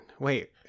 Wait